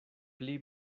pli